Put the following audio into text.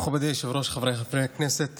אנחנו מקבלים פניות רבות מהאזרחים שלנו,